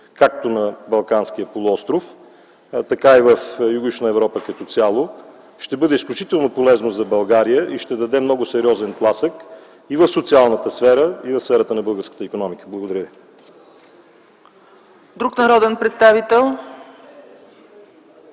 както на Балканския полуостров, така и в Югоизточна Европа като цяло. Ще бъде изключително полезно за България и ще даде много сериозен тласък и в социалната сфера, и в сферата на българската икономика. Благодаря ви. ИВАН КОСТОВ (СК, от